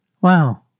Wow